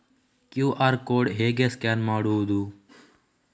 QR code ಹೇಗೆ scan ಮಾಡುವುದು?